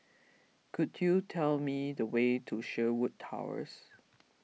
could you tell me the way to Sherwood Towers